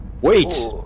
Wait